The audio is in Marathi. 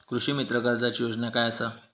कृषीमित्र कर्जाची योजना काय असा?